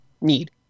need